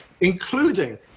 including